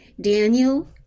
Daniel